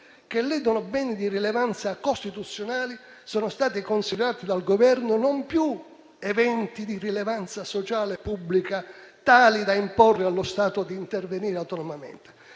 che ledono beni di rilevanza costituzionale, sono stati considerati dal Governo non più eventi di rilevanza sociale e pubblica tali da imporre allo Stato di intervenire autonomamente,